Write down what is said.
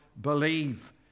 believe